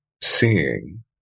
seeing